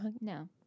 No